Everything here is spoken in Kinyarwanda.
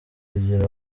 kugira